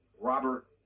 Robert